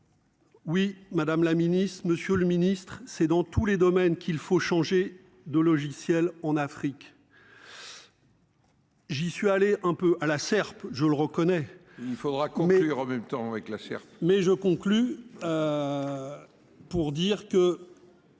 Oui Madame la Ministre, Monsieur le Ministre, c'est dans tous les domaines, qu'il faut changer de logiciel en Afrique. J'y suis allé un peu à la serpe, je le reconnais, il faudra construire en même temps avec la